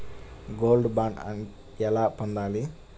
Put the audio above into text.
Gold bond ఎలా పొందాలి?